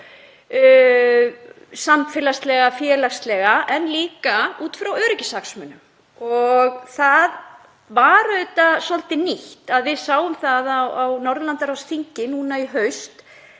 samfélagslega og félagslega en líka út frá öryggishagsmunum. Það var auðvitað svolítið nýtt að við sáum það á Norðurlandaráðsþingi nú í haust